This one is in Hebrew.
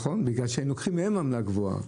נכון, בגלל שהם לוקחים להם עמלה גבוהה.